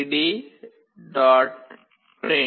print lcd